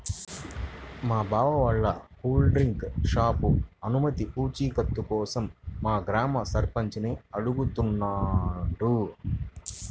మా బావ వాళ్ళ కూల్ డ్రింక్ షాపు అనుమతి పూచీకత్తు కోసం మా గ్రామ సర్పంచిని అడుగుతున్నాడు